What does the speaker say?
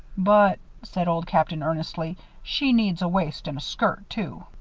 but, said old captain, earnestly, she needs a waist and a skirt, too.